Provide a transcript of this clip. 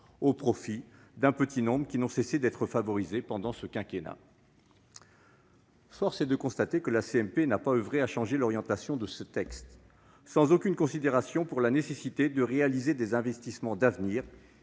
au profit d'un petit nombre de privilégiés qui n'ont cessé d'être favorisés pendant ce quinquennat. Force est de constater que la commission mixte paritaire n'a pas oeuvré à changer l'orientation de ce texte. Sans aucune considération pour la nécessité de réaliser des investissements d'avenir,